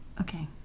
Okay